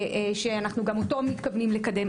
שגם אותו אנחנו מתכוונים לקדם.